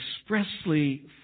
expressly